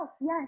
yes